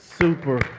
super